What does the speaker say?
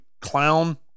Clown